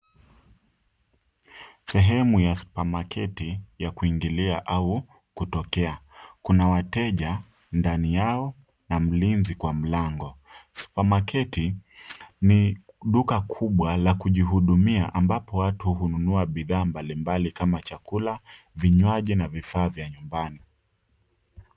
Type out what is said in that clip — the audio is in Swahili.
Sehemu ya supamaketi ya kuingilia au kutokea. Kuna wateja ndani yao na mlinzi kwa mlango. Supamaketi ni duka kubwa la kujihudumia ambapo watu hununua bidhaa mbalimbali kama chakula, vinywaji na vifaa vya nyumbani.